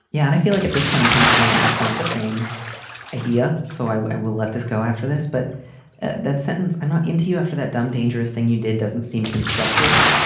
yeah. and i feel like at this point i'm kind of hammering point the same idea. so i will let this go after this. but that sentence i'm not into you after that dumb, dangerous thing you did doesn't seem constructive.